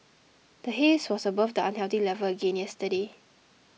the haze was above the unhealthy level again yesterday